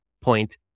point